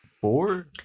four